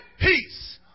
peace